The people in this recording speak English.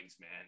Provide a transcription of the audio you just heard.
man